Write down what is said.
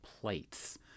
plates